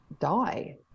die